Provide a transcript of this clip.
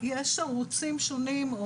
יש ערוצים שונים,